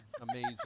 amazing